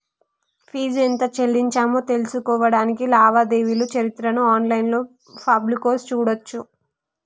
fee ఎంత చెల్లించామో తెలుసుకోడానికి లావాదేవీల చరిత్రను ఆన్లైన్ పాస్బుక్లో చూడచ్చు